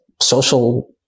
social